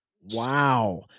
Wow